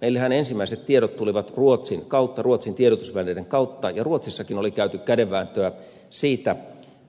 meillehän ensimmäiset tiedot tulivat ruotsin kautta ruotsin tiedotusvälineiden kautta ja ruotsissakin oli käyty kädenvääntöä siitä